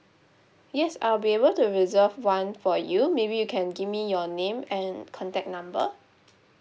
yes I will be able to reserve one for you maybe you can give me your name and contact number